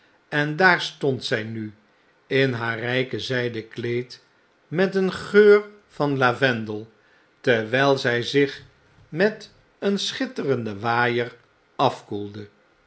en daar stond zij nu in haar rijke zijden kleed met een geur van lavendel terwijl zij zich met een schitterenden waaier afkoelde